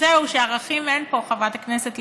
זהו, שערכים אין פה, חברת הכנסת לבני.